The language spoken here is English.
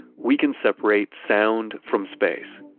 we can separate sound from space.